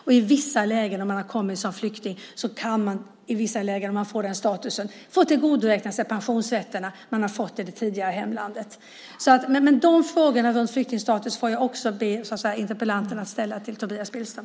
I vissa lägen, om man har kommit som flykting och får den statusen, kan man få tillgodoräkna sig de pensionsrätter som man har fått i det tidigare hemlandet. Men frågorna om flyktingstatus får jag också be interpellanten att ställa till Tobias Billström.